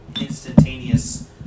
instantaneous